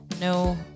No